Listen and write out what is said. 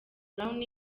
brown